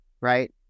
Right